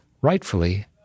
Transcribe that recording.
rightfully